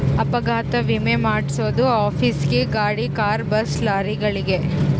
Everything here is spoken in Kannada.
ಅಪಘಾತ ವಿಮೆ ಮಾದ್ಸೊದು ಆಫೀಸ್ ಗೇ ಗಾಡಿ ಕಾರು ಬಸ್ ಲಾರಿಗಳಿಗೆ